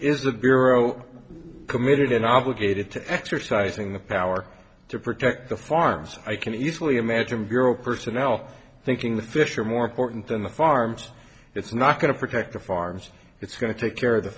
is the bureau committed in obligated to exercising the power to protect the farms i can easily imagine bureau personnel thinking the fish are more important than the farms it's not going to protect the farms it's going to take care of the